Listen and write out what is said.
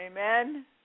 Amen